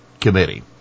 Committee